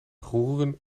roeren